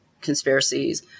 conspiracies